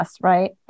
right